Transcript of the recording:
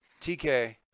TK